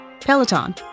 Peloton